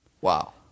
Wow